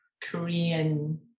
Korean